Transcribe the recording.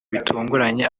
bitunguranye